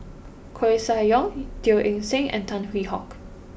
Koeh Sia Yong Teo Eng Seng and Tan Hwee Hock